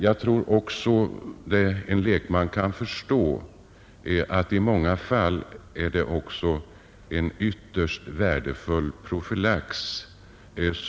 Jag tror att man i många fall kan åstadkomma en ytterst värdefull profylax.